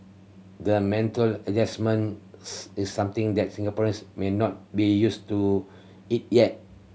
the mental adjustment is something that Singaporeans may not be used to it yet